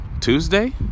Tuesday